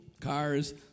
cars